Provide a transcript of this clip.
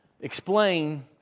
explain